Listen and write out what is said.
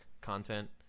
content